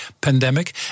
pandemic